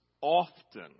often